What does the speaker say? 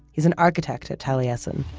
he's an architect at taliesin,